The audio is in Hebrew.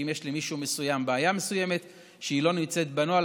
ואם יש למישהו מסוים בעיה מסוימת שלא נמצאת בנוהל,